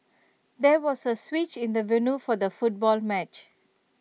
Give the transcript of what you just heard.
there was A switch in the venue for the football match